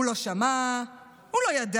הוא לא שמע, הוא לא ידע.